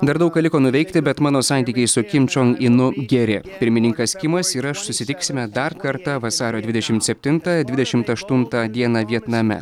dar daug ką liko nuveikti bet mano santykiai su kim čong inu geri pirmininkas kimas ir aš susitiksime dar kartą vasario dvidešimt septintą dvidešimt aštuntą dieną vietname